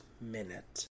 minute